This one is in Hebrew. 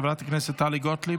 חברת הכנסת טלי גוטליב,